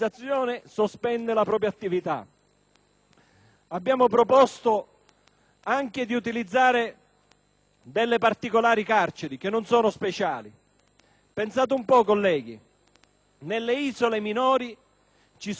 Abbiamo proposto anche di utilizzare delle particolari carceri che non sono speciali. Pensate un po', colleghi: nelle isole minori ci sono delle carceri per detenuti comuni.